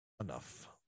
enough